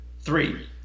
Three